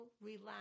relax